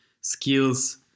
skills